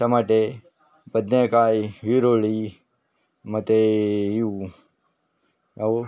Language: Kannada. ಟಮಾಟೆ ಬದನೇಕಾಯಿ ಈರುಳ್ಳಿ ಮತ್ತು ಇವು ಯಾವು